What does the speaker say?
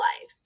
life